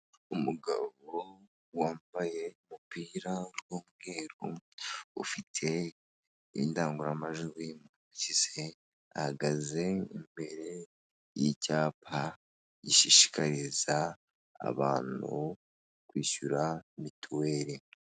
Umugabo wambaye umupira w'umweru ufite indangururamajwi mu ntoki ahagaze imbere y'icyapa gishishikariza abantu kwishyura mituweri.